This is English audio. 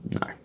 No